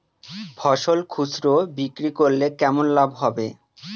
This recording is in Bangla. ফসল খুচরো বিক্রি করলে কেমন লাভ হবে?